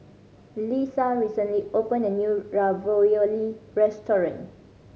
Leisa recently opened a new Ravioli restaurant